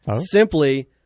simply